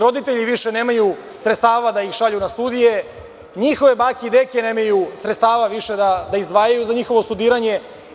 Roditelji više nemaju sredstava da ih šalju na studije, njihove bake i deke nemaju sredstava više da izdvajaju za njihovo studiranje.